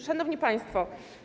Szanowni Państwo!